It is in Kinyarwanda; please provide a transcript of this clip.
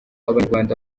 abanyarwanda